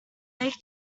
baked